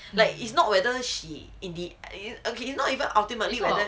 like it's not whether she in the okay not even ultimately whether